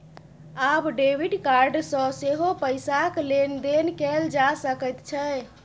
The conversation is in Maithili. आब डेबिड कार्ड सँ सेहो पैसाक लेन देन कैल जा सकैत छै